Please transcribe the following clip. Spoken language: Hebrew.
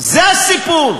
זה הסיפור.